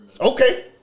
Okay